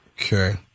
Okay